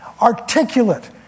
articulate